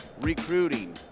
recruiting